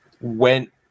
went